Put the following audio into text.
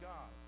God